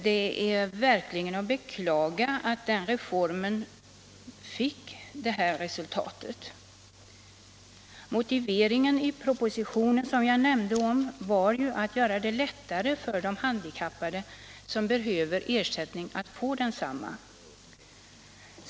Det är verkligen att beklaga att reformen har givit detta resultat. Motiveringen i den nämnda propositionen var ju att man ville göra det lättare för de handikappade som behöver ersättning att få sådan.